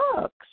books